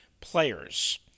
players